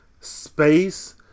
space